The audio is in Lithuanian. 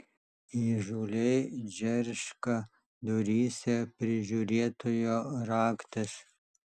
įžūliai džerška duryse prižiūrėtojo raktas